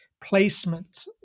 placement